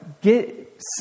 get